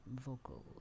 vocals